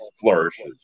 flourishes